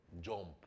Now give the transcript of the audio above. jump